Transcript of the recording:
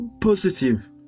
positive